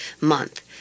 month